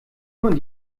und